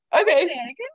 Okay